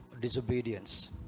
disobedience